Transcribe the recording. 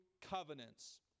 covenants